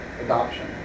adoption